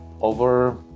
over